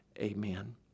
Amen